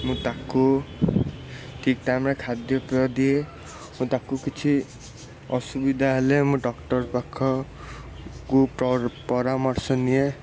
ମୁଁ ତାକୁ ଠିକ୍ ଟାଇମ୍ ରେ ଖାଦ୍ୟପେୟ ଦିଏ ଓ ତାକୁ କିଛି ଅସୁବିଧା ହେଲେ ମୁଁ ଡକ୍ଟର ପାଖକୁ ପରାମର୍ଶ ନିଏ